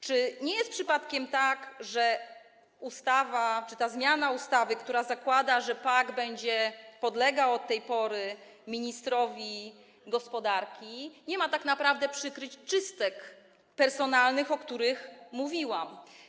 Czy nie jest przypadkiem tak, że zmiana ustawy, która zakłada, że PAK będzie podlegała od tej pory ministrowi gospodarki, nie ma tak naprawdę przykryć czystek personalnych, o których mówiłam?